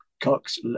cox